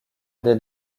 des